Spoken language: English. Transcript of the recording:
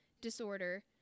disorder